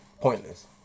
pointless